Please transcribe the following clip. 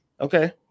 Okay